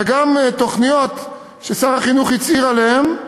וגם תוכניות ששר החינוך הצהיר עליהן,